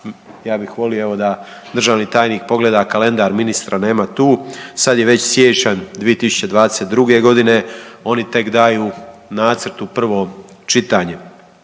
ja bih volio evo da državni tajnik pogleda kalendar, ministra nema tu. Sad je već siječanj 2022. godine, oni tek daju nacrt u prvom čitanju.